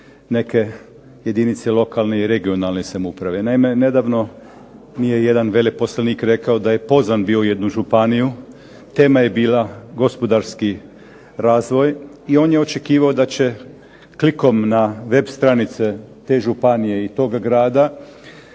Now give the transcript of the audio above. neke jedinice lokalne i regionalne samouprave. Naime, nedavno mi je jedan veleposlanik rekao da je pozvan bio u jednu županiju. Tema je bila gospodarski razvoj i on je očekivao da će klikom na web stranice te županije i tog grada